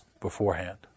beforehand